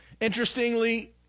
Interestingly